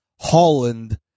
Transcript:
Holland